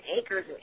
acres